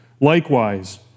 Likewise